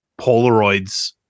Polaroids